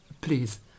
please